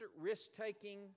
risk-taking